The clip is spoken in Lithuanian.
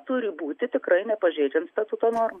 turi būti tikrai nepažeidžiant statuto normų